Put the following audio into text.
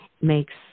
makes